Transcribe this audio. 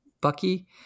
bucky